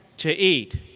to eat,